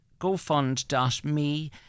gofund.me